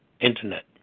Internet